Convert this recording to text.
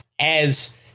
as-